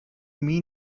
mean